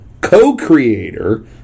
co-creator